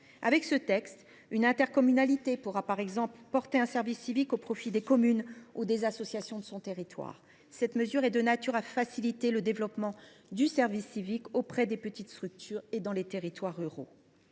Avec ce texte, une intercommunalité pourra par exemple prendre en charge un service civique au profit des communes ou des associations de son territoire. Cette mesure est de nature à faciliter le développement du service civique auprès de petites structures et dans les territoires ruraux.